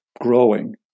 growing